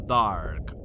dark